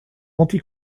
anti